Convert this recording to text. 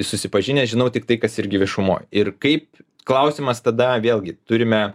susipažinęs žinau tiktai kas irgi viešumoj ir kaip klausimas tada vėlgi turime